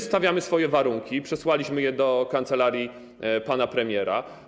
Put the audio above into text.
Stawiamy swoje warunki, przesłaliśmy je do kancelarii pana premiera.